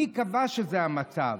מי קבע שזה המצב?